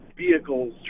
vehicles